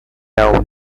now